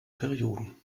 perioden